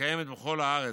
המתקיימת בכל הארץ,